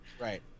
Right